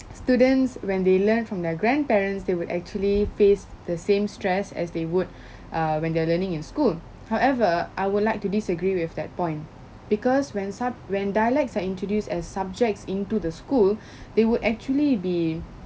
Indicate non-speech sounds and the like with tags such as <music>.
students when they learn from their grandparents they would actually face the same stress as they would <breath> err when they're learning in school however I would like to disagree with that point because when sub~ when dialects are introduced as subjects into the school <breath> they would actually be